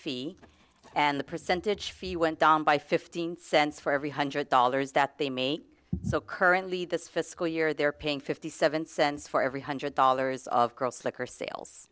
fee and the percentage fee went down by fifteen cents for every hundred dollars that they make so currently this fiscal year they're paying fifty seven cents for every hundred dollars of gross liquor sales